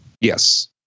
Yes